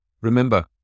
Remember